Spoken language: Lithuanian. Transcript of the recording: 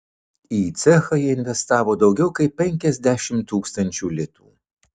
į cechą jie investavo daugiau kaip penkiasdešimt tūkstančių litų